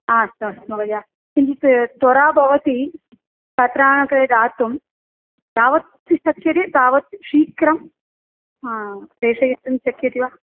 आ अस्तु अस्तु महोदय किञ्चित् त्वरा भवति छात्राणां कृते दातुं यावत् शक्यते तावत् शीघ्रं प्रेषयितुं शक्यते वा